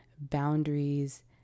boundaries